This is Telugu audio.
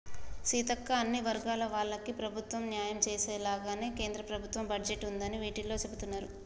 సీతక్క అన్ని వర్గాల వాళ్లకి ప్రభుత్వం న్యాయం చేసేలాగానే కేంద్ర ప్రభుత్వ బడ్జెట్ ఉందని టివీలో సెబుతున్నారు